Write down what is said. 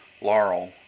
laurel